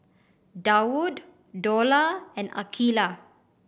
Daud Dollah and Aqeelah